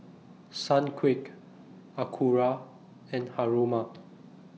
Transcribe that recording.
Sunquick Acura and Haruma